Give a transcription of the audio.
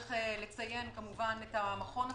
צריך לציין כמובן את המכון עצמו,